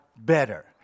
better